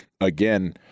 again